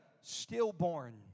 stillborn